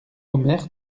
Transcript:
omer